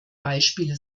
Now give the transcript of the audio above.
beispiele